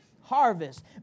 harvest